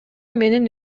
менин